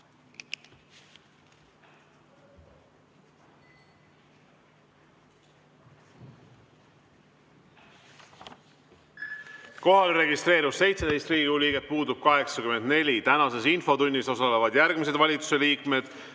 registreerus 17 Riigikogu liiget, puudub 84.Tänases infotunnis osalevad järgmised valitsuse liikmed: